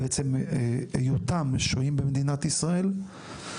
בעצם היותם שוהים במדינת ישראל,